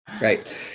right